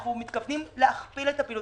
אנחנו מתכוונים להכפיל את הפעילות